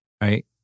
right